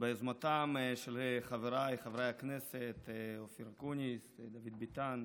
ביוזמתם של חבריי חברי הכנסת אופיר אקוניס ודוד ביטן,